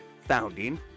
founding